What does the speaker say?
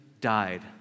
died